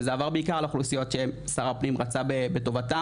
שזה עבר בעיקר לאוכלוסיות ששר הפנים רצה בטובתם,